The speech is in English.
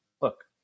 Look